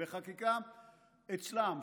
זה בחקיקה אצלם,